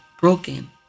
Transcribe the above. broken